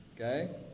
okay